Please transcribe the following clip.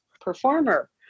performer